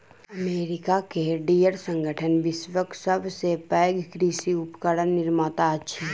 America के Deere संगठन विश्वक सभ सॅ पैघ कृषि उपकरण निर्माता अछि